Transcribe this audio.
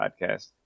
podcast